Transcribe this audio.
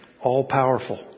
all-powerful